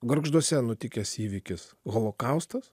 gargžduose nutikęs įvykis holokaustas